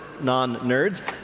non-nerds